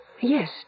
Yes